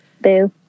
Boo